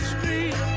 Street